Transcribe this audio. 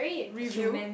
review